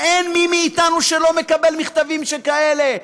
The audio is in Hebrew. ואין מי מאתנו שלא מקבל מכתבים של כאלה,